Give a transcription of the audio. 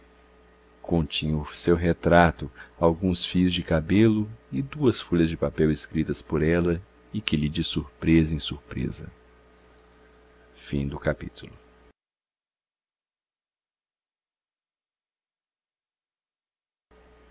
o seu retrato alguns fios de cabelos e duas folhas de papel escritas por ela e que li de surpresa em surpresa eis o